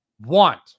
want